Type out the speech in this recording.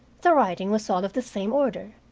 the writing was all of the same order,